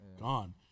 gone